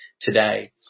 today